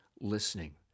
listening